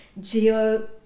geo